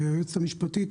היועצת המשפטית,